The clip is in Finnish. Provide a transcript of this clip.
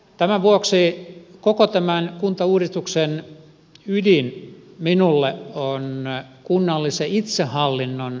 tämän vuoksi koko tämän kuntauudistuksen ydin minulle on kunnallisen itsehallinnon palauttaminen